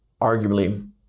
arguably